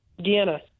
Deanna